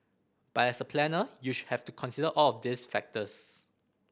but as a planner you should have to consider all of these factors